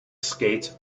skates